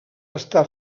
està